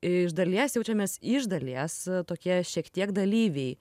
iš dalies jaučiamės iš dalies tokie šiek tiek dalyviai